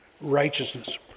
Righteousness